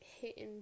hitting